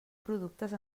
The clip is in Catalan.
productes